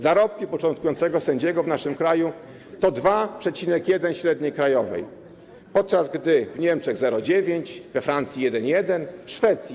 Zarobki początkującego sędziego w naszym kraju to 2,1 średniej krajowej, podczas gdy w Niemczech - 0,9, we Francji - 1,1, w Szwecji - 1,3.